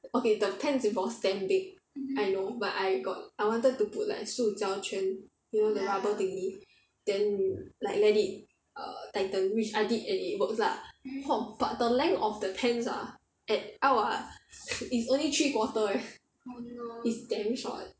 okay the pants was damn big I know but I got I wanted to put like 塑胶圈 you know the rubber thingy then like let it err tighten which I did and it works lah but the length of the pants ah at L ah is only three quarter leh is damn short